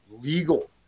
legal